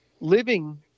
living